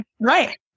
right